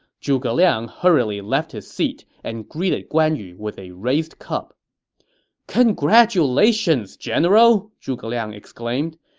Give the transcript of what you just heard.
zhuge liang hurriedly left his seat and greeted guan yu with a raised cup congratulations, general! zhuge liang exclaimed.